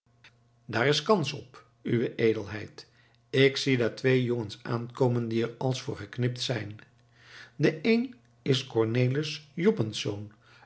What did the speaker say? daar is kans op uwe edelheid ik zie daar twee jongens aankomen die er als voor geknipt zijn de een is cornelis joppensz